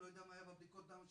אני לא יודע מה היה בבדיקות שעשית